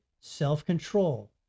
self-control